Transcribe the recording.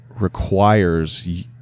requires